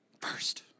first